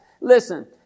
Listen